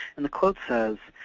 and the quote says,